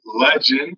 Legend